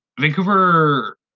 Vancouver